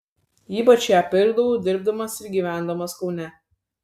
ypač ją pirkdavau dirbdamas ir gyvendamas kaune